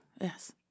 Yes